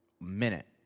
minute